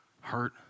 hurt